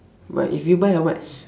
but if you buy how much